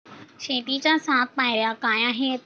शेतीच्या सात पायऱ्या काय आहेत?